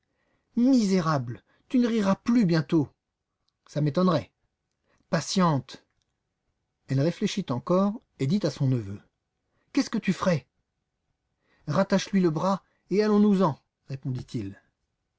misérable tu ne riras plus bientôt ça m'étonnerait patiente elle réfléchit encore et dit à son neveu qu'est-ce que tu ferais rattache lui le bras et allons-nous-en répondit-il